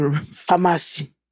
pharmacy